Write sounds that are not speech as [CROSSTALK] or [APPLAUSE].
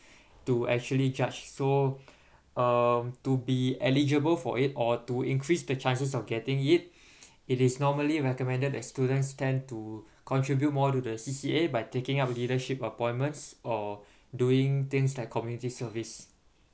to actually judge so um to be eligible for it or to increase the chances of getting it [BREATH] it is normally recommended that students tend to contribute more to the C_C_A by taking up leadership appointments or doing things like community service